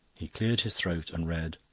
he cleared his throat and read